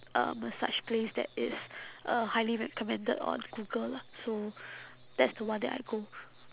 uh massage place that is uh highly recommended on google lah so that's the one that I go